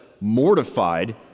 mortified